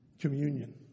communion